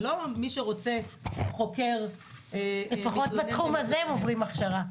זה לא מי שרוצה חוקר מתלוננת --- לפחות בתחום הזה הם עוברים הכשרה...